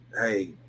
Hey